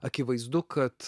akivaizdu kad